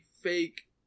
fake